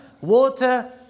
Water